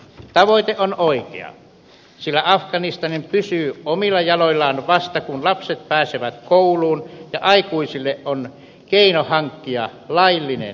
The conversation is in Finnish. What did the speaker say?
tavoite on oikea sillä afganistan pysyy omilla jaloillaan vasta kun lapset pääsevät kouluun ja aikuisilla on keino hankkia laillinen elanto